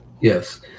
Yes